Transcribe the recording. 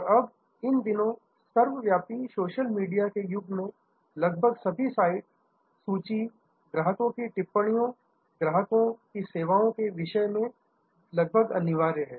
और अब इन दिनों सर्वव्यापी सोशल मीडिया के युग में लगभग सभी साइट सूची ग्राहकों की टिप्पणियों ग्राहकों की सेवाओं के विषय में यह लगभग अनिवार्य है